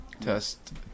Test